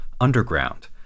underground